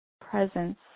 presence